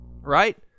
right